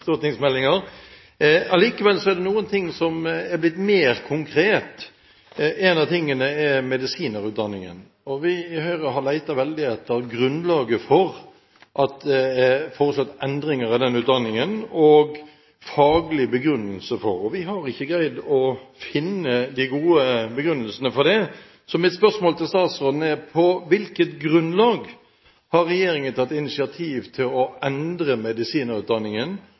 er det noen ting som er blitt mer konkret. Én av tingene er medisinerutdanningen. Vi i Høyre har lett veldig etter grunnlaget for å foreslå endringer i den utdanningen og en faglig begrunnelse for det, og vi har ikke greid å finne de gode begrunnelsene. Så mitt spørsmål til statsråden er: På hvilket grunnlag har regjeringen tatt initiativ til å endre